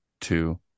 two